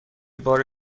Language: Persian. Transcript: بار